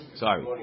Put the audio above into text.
sorry